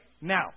now